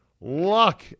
luck